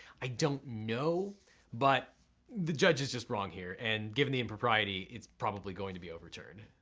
i don't know but the judge is just wrong here and given the impropriety, its probably going to be overturned.